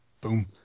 Boom